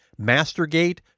Mastergate